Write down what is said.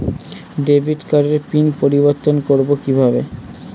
Debit কার্ডের PIN পরিবর্তন করবো কীভাবে?